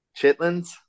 chitlins